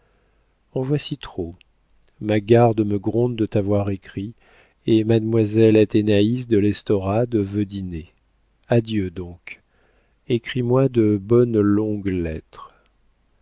en voici trop ma garde me gronde de t'avoir écrit et mademoiselle athénaïs de l'estorade veut dîner adieu donc écris-moi de bonnes longues lettres